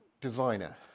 designer